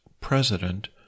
President